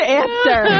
answer